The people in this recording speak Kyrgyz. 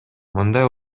мындай